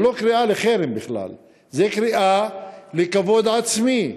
זו לא קריאה לחרם בכלל, זו קריאה לכבוד עצמי,